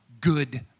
good